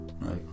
Right